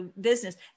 business